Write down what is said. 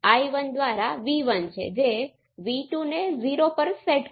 તો હવે પ્રશ્ન એ છે કે આ સંયોગ છે કે રેઝિસ્ટિવ નેટવર્ક્સની આ કેટલીક વિશેષ પોર્પર્ટિ છે